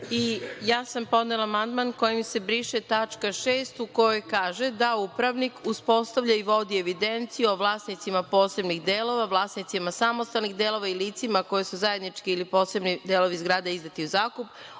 ja sam podnela amandman kojim se briše tačka 6. u kojoj kaže da upravnik uspostavlja i vodi evidenciju o vlasnicima posebnih delova, vlasnicima samostalnih delova i licima koja su zajednički i posebni delovi izdati u zakup,